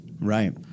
Right